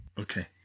Okay